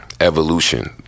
evolution